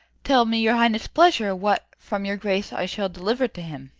tell me your highness' pleasure, what from your grace i shall deliver to him.